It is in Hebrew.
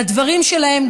לדברים שלהם,